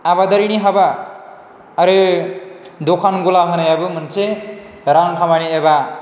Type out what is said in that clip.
आबादारिनि हाबा आरो दखान गला होनायाबो मोनसे रां खामायनाय एबा